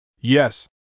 Yes